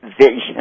vision